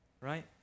Right